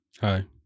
hi